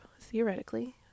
theoretically